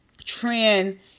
trend